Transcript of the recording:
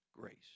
Grace